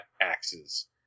axes